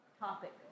topic